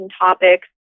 topics